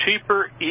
cheaper